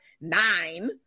nine